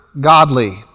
godly